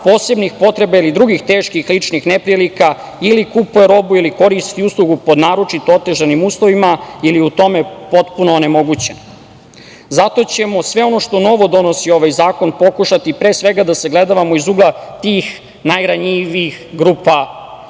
posebnih potreba ili drugih teških ličnih neprilika ili kupuje robu ili koristi uslugu pod naročito otežanim uslovima ili je u tome potpuno onemogućen. Zato ćemo sve ono što novo donosi ovaj zakon pokušati, pre svega, da sagledavamo iz ugla tih najranjivijih grupa